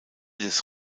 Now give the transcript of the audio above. des